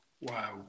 Wow